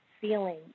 feeling